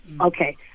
Okay